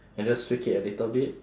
and just tweak it a little bit